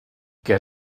get